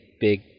big